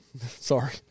Sorry